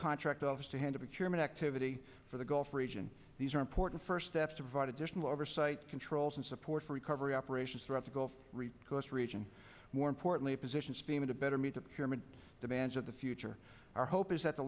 contract office to hand of acumen activity for the gulf region these are important first steps devide additional oversight controls and support for recovery operations throughout the gulf coast region more importantly a position speed to better meet the here meant demands of the future our hope is that the